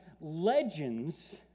legends